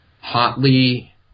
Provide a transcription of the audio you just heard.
hotly